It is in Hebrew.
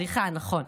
סליחה, נכון.